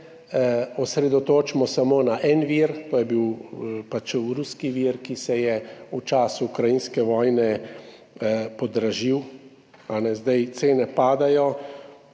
osredotočimo samo na en vir, to je bil ruski vir, ki se je v času ukrajinske vojne podražil, zdaj cene padajo.